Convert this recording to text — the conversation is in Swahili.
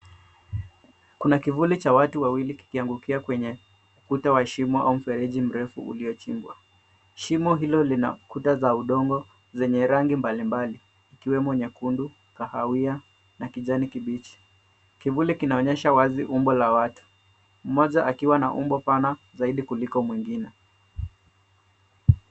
Kuna viwili cha watu wawili kikiangukia kwenye ukuta wa shimo au mfereji mrefu uliyochibwa. Shimo hilo linakuta za udongo zenye rangi mbali mbali ikiwemo nyekundu, kahawia na kijani kibichi. Kivuli kinaonyesha wazi umbo la watu mmoja akiwa umbo pana zaidi kuliko mwingine.